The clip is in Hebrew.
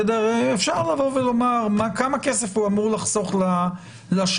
אפשר לבוא ולומר כמה כסף הוא אמור לחסוך לשב"ס